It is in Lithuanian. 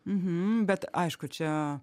mhm bet aišku čia